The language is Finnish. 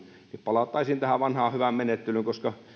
palattaisiin tähän vanhaan hyvään menettelyyn